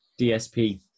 DSP